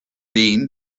been